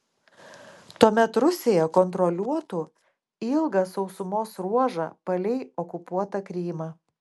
tuomet rusija kontroliuotų ilgą sausumos ruožą palei okupuotą krymą